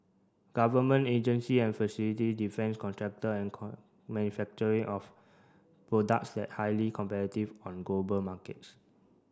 government agency and facility defence contractor and manufacturing of products that highly competitive on global markets